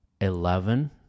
Eleven